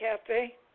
Cafe